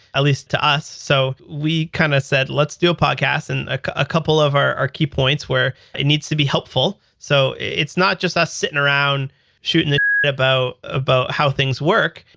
at least to us. so we kind of said, let's do a podcast, and a couple of our our key points were it needs to be helpful. so it it's not just us sitting around shooting the shit about about how things work.